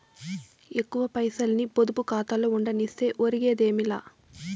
ఎక్కువ పైసల్ని పొదుపు కాతాలో ఉండనిస్తే ఒరిగేదేమీ లా